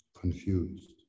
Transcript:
confused